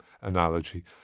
analogy